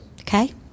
okay